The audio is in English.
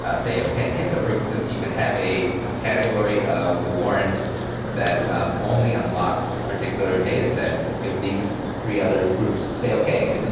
ah say okay. yeah so for instance you could have a category of warrant that only unlocks this particular data set if these three other groups say okay. i mean,